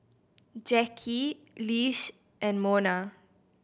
Jacki Lish and Monna